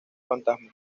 fantasma